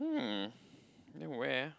um then where ah